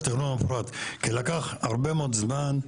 לקח הרבה מאוד זמן.